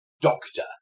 doctor